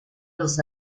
los